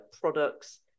products